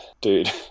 dude